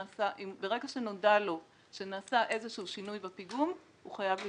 ברגע שנודע לו שנעשה איזשהו שינוי בפיגום הוא חייב לבדוק אותו.